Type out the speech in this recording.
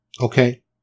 Okay